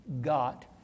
got